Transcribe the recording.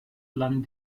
lahn